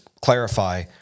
clarify